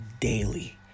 daily